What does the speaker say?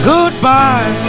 Goodbye